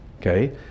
okay